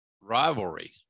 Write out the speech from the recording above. rivalry